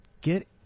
get